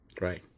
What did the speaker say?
Right